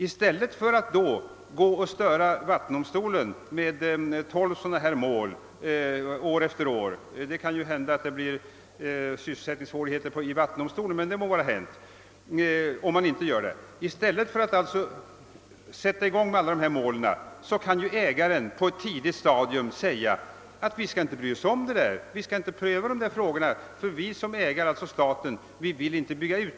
I stället för att störa vattendomstolen med tolv sådana här mål år efter år — det kan ju hända att det blir sysselsättningssvårigheter i vattendomstolen om man inte gör det men det må vara hänt — kan ju ägaren på ett tidigt stadium uttala att man inte skall bry sig om att pröva de frågorna därför att ägaren, d. v. s. staten, inte vill bygga ut.